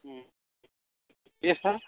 हुँ जी सर